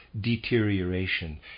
deterioration